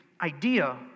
idea